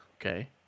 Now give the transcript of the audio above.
Okay